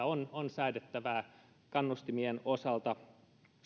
on on säädettävää kannustimien osalta